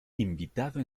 invitado